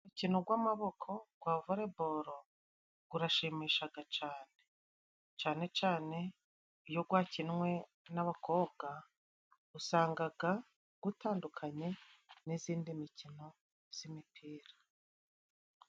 Umukino w'amaboko wa volebolo urashimisha cyane, cyane cyane iyo wakinwe n'abakobwa usanga, utandukanye n'iyindi mikino y'imipira.